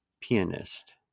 pianist